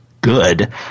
good